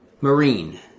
Marine